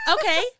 Okay